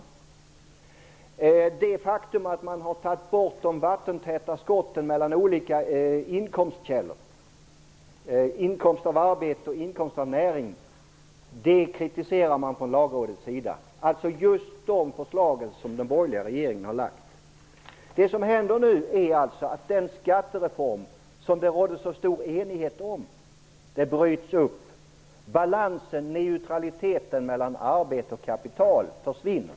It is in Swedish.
Lagrådet kritiserar också det faktum att man har tagit bort de vattentäta skotten mellan olika inkomstkällor -- inkomst av arbete och inkomst av näring. Det är just de förslag som den borgerliga regeringen har lagt fram. Den skattereform som det rådde så stor enighet kring, bryts nu upp. Balansen, neutraliteten mellan arbete och kapital, försvinner.